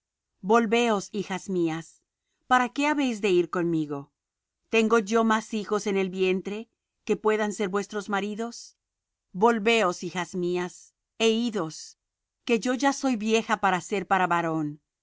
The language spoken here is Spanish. volveos hijas mías para qué habéis de ir conmigo tengo yo más hijos en el vientre que puedan ser vuestros maridos volveos hijas mías é idos que yo ya soy vieja para ser para varón